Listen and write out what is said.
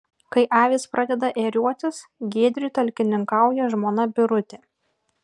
kai avys pradeda ėriuotis giedriui talkininkauja žmona birutė